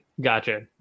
Gotcha